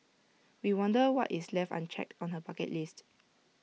we wonder what is left unchecked on her bucket list